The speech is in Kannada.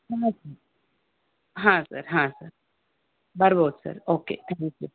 ಹಾಂ ಸರ್ ಹಾಂ ಸರ್ ಹಾಂ ಸರ್ ಬರಬಹುದು ಸರ್ ಓಕೆ ಥ್ಯಾಂಕ್ ಯು